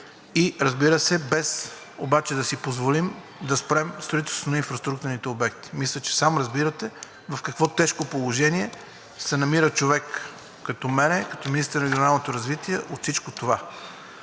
Разбира се, без обаче да си позволим да спрем строителството на инфраструктурните обекти. Мисля, че сам разбирате в какво тежко положение се намира човек като мен, като министър на регионалното развитие, от всичко това.